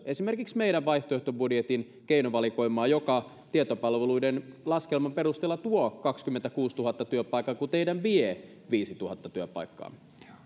esimerkiksi meidän vaihtoehtobudjetin keinovalikoimaa joka tietopalveluiden laskelman perusteella tuo kaksikymmentäkuusituhatta työpaikkaa kun teidän vie viisituhatta työpaikkaa